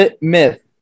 Myth